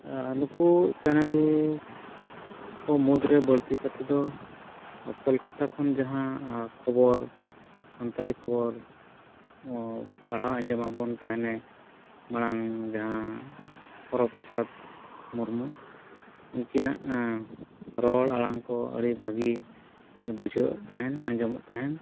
ᱟᱨ ᱱᱩᱠᱩ ᱪᱮᱱᱮᱞ ᱠᱚ ᱢᱩᱫᱽᱨᱮ ᱵᱟᱹᱲᱛᱤ ᱠᱟᱛᱮᱫ ᱫᱚ ᱠᱳᱞᱠᱟᱛᱟ ᱠᱷᱚᱱ ᱡᱟᱦᱟᱸ ᱠᱷᱚᱵᱚᱨ ᱥᱟᱱᱛᱟᱞᱤ ᱠᱷᱚᱵᱚᱨ ᱯᱟᱲᱦᱟᱣ ᱟᱡᱚᱢᱟᱵᱚᱱ ᱛᱟᱦᱮᱱᱮ ᱢᱟᱲᱟᱝ ᱡᱟᱦᱟᱸ ᱦᱚᱨᱚᱯᱨᱚᱥᱟᱫᱽ ᱢᱩᱨᱢᱩ ᱩᱱᱠᱤᱱᱟᱜ ᱨᱚᱲ ᱟᱲᱟᱝ ᱠᱚ ᱟᱹᱰᱤ ᱵᱷᱟᱹᱜᱤ ᱵᱩᱡᱷᱟᱹᱜ ᱛᱟᱦᱮᱱ ᱟᱸᱡᱚᱢᱚᱜ ᱛᱟᱦᱮᱱ